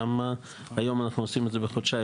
למה אנחנו עושים היום זאת בחודשיים?